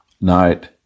Night